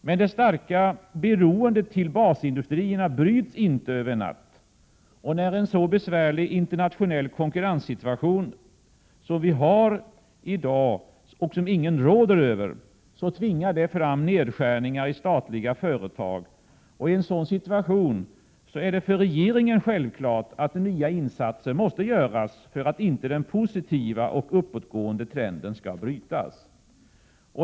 Men det starka beroendet av basindustrierna bryts inte över en natt. Och vid en så besvärlig internationell konkurrens situation som den vi har i dag, och som ingen råder över, tvingas man till nedskärningar i statliga företag. I en sådan situation är det för regeringen självklart att nya insatser måste göras för att inte den positiva och uppåtgående trenden skall brytas.